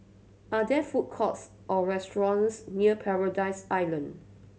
are there food courts or restaurants near Paradise Island